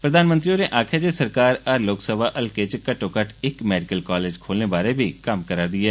प्रधानमंत्री होरें आक्खेआ जे सरकार हर लोकसभा हल्के च घट्टोघट्ट इक मैडिकल कालेज खोलने बारै बी कम्म करारदी ऐ